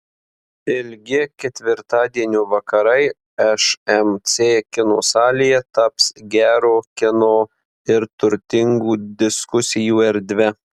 ilgi ketvirtadienio vakarai šmc kino salėje taps gero kino ir turtingų diskusijų erdve